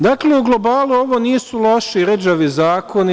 Dakle, u globalu ovo nisu loši i rđavi zakoni.